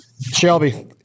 Shelby